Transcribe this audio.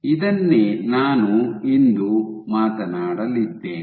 ಇದನ್ನೇ ನಾನು ಇಂದು ಮಾತನಾಡಲಿದ್ದೇನೆ